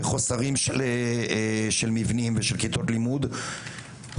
בחוסרים של מבנים ושל כיתות לימוד הולמות.